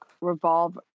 revolve